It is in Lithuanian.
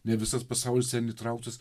ne visas pasaulis ten įtrauktas